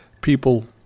People